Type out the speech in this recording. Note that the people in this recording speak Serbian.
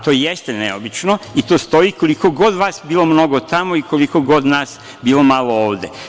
To jeste neobično i to stoji koliko god vas bilo mnogo tamo i koliko god nas bilo malo ovde.